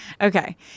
Okay